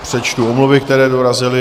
Přečtu omluvy, které dorazily.